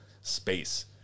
space